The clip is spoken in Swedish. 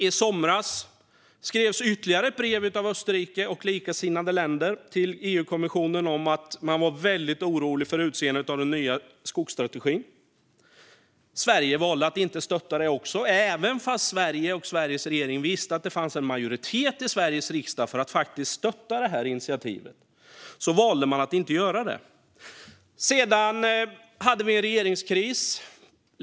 I somras skrevs ytterligare ett brev av Österrike och likasinnade länder till EU-kommissionen om att man var väldigt orolig över utseendet på den nya skogsstrategin. Sverige valde även då att inte stötta detta. Trots att Sveriges regering visste att det fanns en majoritet i Sveriges riksdag för att stötta detta initiativ valde man att inte göra det. Sedan hade vi en regeringskris.